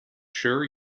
sure